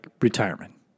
Retirement